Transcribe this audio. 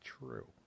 true